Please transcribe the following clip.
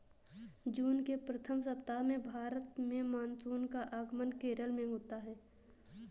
जून के प्रथम सप्ताह में भारत में मानसून का आगमन केरल में होता है